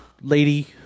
Lady